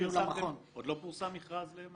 עוד לא פורסם מכרז למנכ"ל?